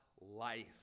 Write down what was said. life